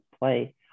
play